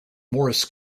morris